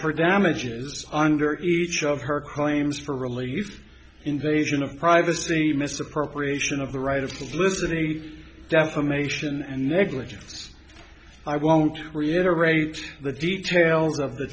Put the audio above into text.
for damages under her claims for relieved invasion of privacy misappropriation of the right of publicity defamation and negligence i won't reiterate the details of the